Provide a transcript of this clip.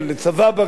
לצבא בריא,